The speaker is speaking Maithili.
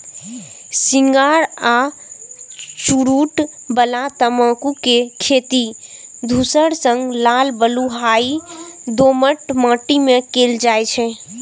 सिगार आ चुरूट बला तंबाकू के खेती धूसर सं लाल बलुआही दोमट माटि मे कैल जाइ छै